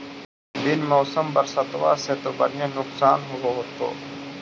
बिन मौसम बरसतबा से तो बढ़िया नुक्सान होब होतै?